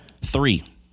Three